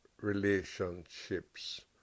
relationships